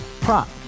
prop